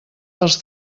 dels